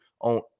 on